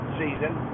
season